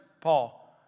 Paul